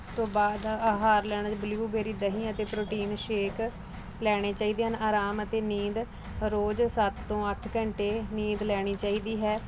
ਤੋਂ ਬਾਅਦ ਆਹਾਰ ਲੈਣਾ ਬਲਿਊਬੇਰੀ ਦਹੀਂ ਅਤੇ ਪ੍ਰੋਟੀਨ ਸ਼ੇਕ ਲੈਣੇ ਚਾਹੀਦੇ ਹਨ ਆਰਾਮ ਅਤੇ ਨੀਂਦ ਰੋਜ਼ ਸੱਤ ਤੋਂ ਅੱਠ ਘੰਟੇ ਨੀਂਦ ਲੈਣੀ ਚਾਹੀਦੀ ਹੈ